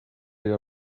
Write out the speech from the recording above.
you